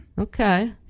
Okay